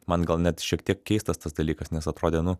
man gal net šiek tiek keistas tas dalykas nes atrodė nu